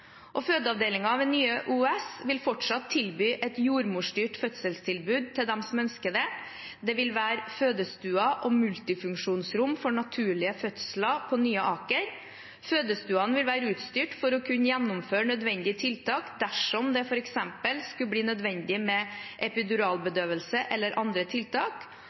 ved Nye OUS vil fortsatt tilby et jordmorstyrt fødselstilbud til dem som ønsker det. Det vil være fødestuer og multifunksjonsrom for naturlige fødsler på Nye Aker. Fødestuene vil være utstyrt for å kunne gjennomføre nødvendige tiltak dersom det f.eks. skulle bli nødvendig med epiduralbedøvelse eller andre tiltak.